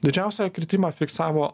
didžiausią kritimą fiksavo